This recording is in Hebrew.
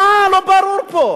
מה לא ברור פה?